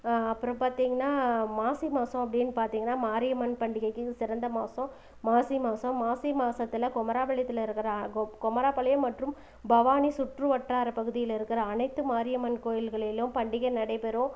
அப்புறம் பார்த்தீங்கன்னா மாசி மாதம் அப்படின்னு பார்த்தீங்கன்னா மாரியம்மன் பண்டிகைக்கு சிறந்த மாதம் மாசி மாதம் மாசி மாதத்துல குமராபாளையத்தில் இருக்கிற கு குமராபாளையம் மற்றும் பவானி சுற்றுவட்டார பகுதியில் இருக்கிற அனைத்து மாரியம்மன் கோயில்களிலும் பண்டிகை நடைபெறும்